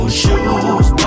shoes